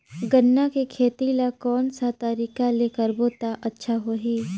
गन्ना के खेती ला कोन सा तरीका ले करबो त अच्छा होही?